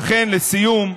לכן, לסיום,